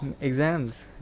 Exams